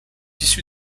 issu